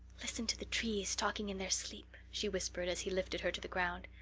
listen to the trees talking in their sleep, she whispered, as he lifted her to the ground.